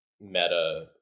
meta